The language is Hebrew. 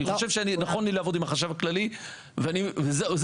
אני חושבת שנכון לי לעבוד עם החשב הכללי,